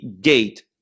gate